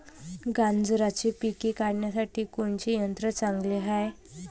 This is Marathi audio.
गांजराचं पिके काढासाठी कोनचे यंत्र चांगले हाय?